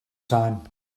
time